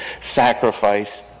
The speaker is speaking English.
sacrifice